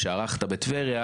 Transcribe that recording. שערכת בטבריה,